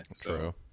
True